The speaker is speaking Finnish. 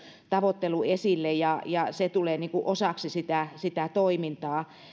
tavoittelu esille ja ja se tulee osaksi toimintaa